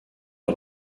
est